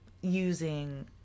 using